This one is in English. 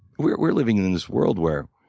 we're we're living in in this world where